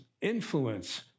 influence